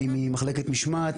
שהיא ממחלקת משמעת,